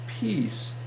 peace